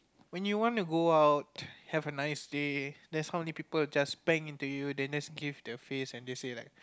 when you want to go out have a nice day then suddenly people just bang into you then just give the face and just say like